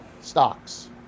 stocks